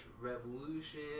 Revolution